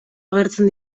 agertzen